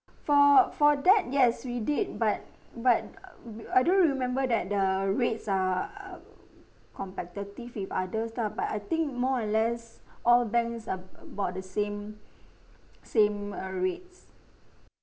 for for that yes we did but but uh we I don't remember that the rates are uh competitive with others lah but I think more or less all banks ab~ about the same same uh rates